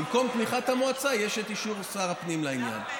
במקום תמיכת המועצה יש את אישור שר הפנים לעניין.